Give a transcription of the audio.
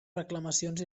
reclamacions